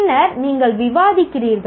பின்னர் நீங்கள் விவாதிக்கிறீர்கள்